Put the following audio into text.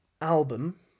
album